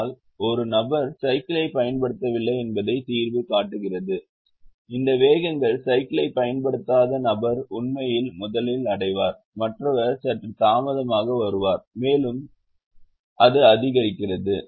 ஆனால் ஒரு நபர் சைக்கிளை பயன்படுத்தவில்லை என்பதை தீர்வு காட்டுகிறது இந்த வேகங்கள் சைக்கிளை பயன்படுத்தாத நபர் உண்மையில் முதலில் அடைவார் மற்றவர்கள் சற்று தாமதமாக வருவார்கள் மேலும் அது அதிகரிக்கிறது